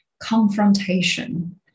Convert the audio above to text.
confrontation